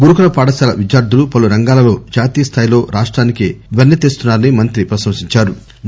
గురుకుల పాఠశాల విద్యార్దులు పలు రంగాలలో జాతీయ స్థాయిలో రాష్టానికి వన్నె తెస్తున్నా రని మంత్రి ప్రశంసించారు